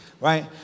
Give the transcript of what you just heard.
right